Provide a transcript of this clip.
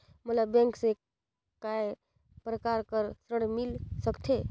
मोला बैंक से काय प्रकार कर ऋण मिल सकथे?